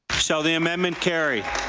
so the amendment carry?